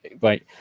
right